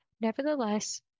Nevertheless